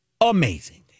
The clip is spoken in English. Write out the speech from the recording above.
amazing